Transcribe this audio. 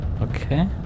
Okay